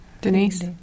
Denise